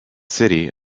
city